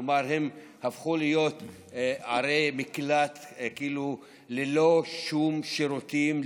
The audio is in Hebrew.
כלומר הם הפכו לערי מקלט ללא שום שירותים,